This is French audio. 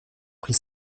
pris